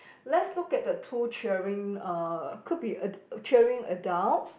let's look at two cheering uh could be a cheering adults